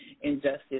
injustice